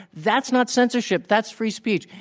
that's not censorship. that's free speech.